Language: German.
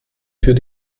für